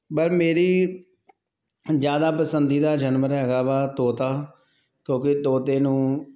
ਪਰ ਮੇਰੀ ਜ਼ਿਆਦਾ ਪਸੰਦੀਦਾ ਜਾਨਵਰ ਹੈਗਾ ਵਾ ਤੋਤਾ ਕਿਉਂਕਿ ਤੋਤੇ ਨੂੰ